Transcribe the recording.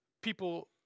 people